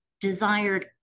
desired